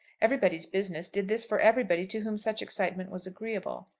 everybody's business did this for everybody to whom such excitement was agreeable.